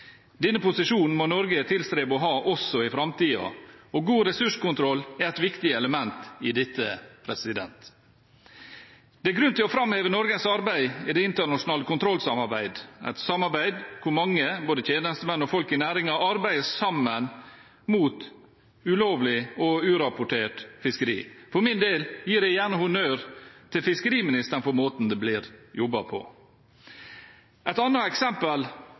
Denne posisjonen må Norge tilstrebe å ha også i framtiden, og god ressurskontroll er et viktig element i dette. Det er grunn til å framheve Norges arbeid i det internasjonale kontrollsamarbeidet, et samarbeid hvor mange, både tjenestemenn og folk i næringen, arbeider sammen mot ulovlig og urapportert fiskeri. For min del gir jeg gjerne honnør til fiskeriministeren for måten det blir jobbet på. Et annet eksempel